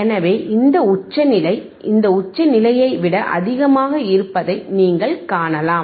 எனவே இந்த உச்சநிலை இந்த உச்ச நிலையை விட அதிகமாக இருப்பதை நீங்கள் காணலாம்